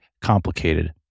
Complicated